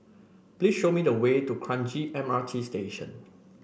please show me the way to Kranji M R T Station